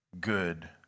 good